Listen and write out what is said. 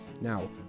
Now